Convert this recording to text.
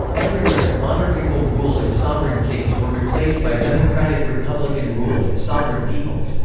everywhere, monarchical rule and sovereign kings were replaced by democratic-republican rule and sovereign peoples.